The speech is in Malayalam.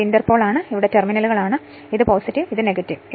ഇത് ഇന്റർ പോൾ ആണ് ഇവ രണ്ട് ടെർമിനലുകളാണ് ഇതാണ് ഇതാണ്